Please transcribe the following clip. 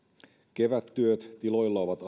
kevättyöt tiloilla ovat